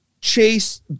chase